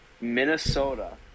Minnesota